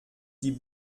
die